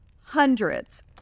hundreds